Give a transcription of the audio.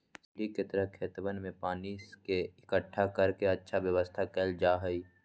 सीढ़ी के तरह खेतवन में पानी के इकट्ठा कर के अच्छा व्यवस्था कइल जाहई